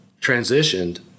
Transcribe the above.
transitioned